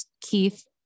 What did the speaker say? Keith